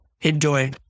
enjoy